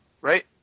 right